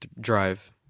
drive